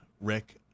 Rick